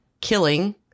killing